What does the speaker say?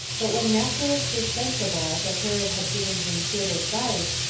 but when macheras was sensible that herod had given him good advice,